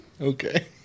Okay